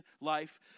life